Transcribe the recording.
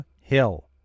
Hill